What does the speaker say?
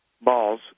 balls